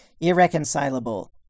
irreconcilable